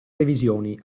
revisioni